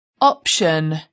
option